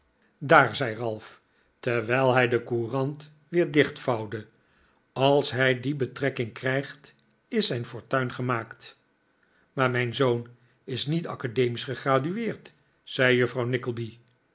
daar zei ralph terwijl hij de courant weer dichtvouwde als hij die betrekking krijgt is zijn fortuin gemaakt maar mijn zoon is niet academisch gegradueerd zei juffrouw